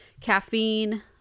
Caffeine